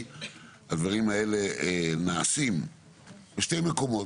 הדברים האלה נעשים בשני מקומות,